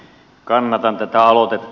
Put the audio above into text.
kannatan tätä aloitetta